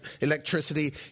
electricity